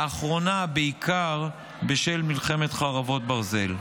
לאחרונה בעיקר בשל מלחמת חרבות ברזל.